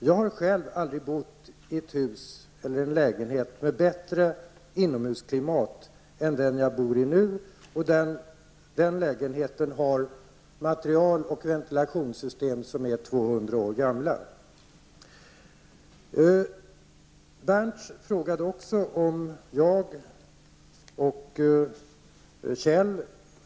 Jag har själv aldrig bott i en lägenhet med bättre inomhusklimat än vad den lägenhet som jag nu bor i har. Materialet och ventilationssystemet i denna lägenhet är tvåhundra år gamla.